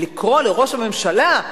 ולקרוא לראש הממשלה,